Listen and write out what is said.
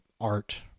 art